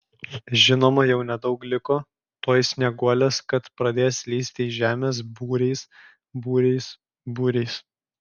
žinoma jau nedaug liko tuoj snieguolės kad pradės lįsti iš žemės būriais būriais būriais